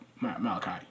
Malachi